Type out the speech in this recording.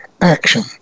action